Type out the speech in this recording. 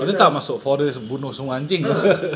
pasal tak masuk forest bunuh semua anjing [pe]